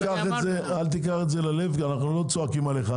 אל תיקח את זה ללב, כי אנחנו לא צועקים עליך.